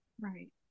right